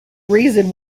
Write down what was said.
reason